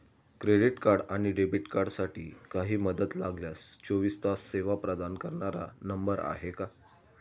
Credit आणि debit कार्डसाठी काही मदत लागल्यास चोवीस तास सेवा प्रदान करणारा नंबर आहे का?